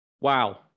Wow